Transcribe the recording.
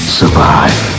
survive